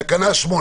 תקנה 8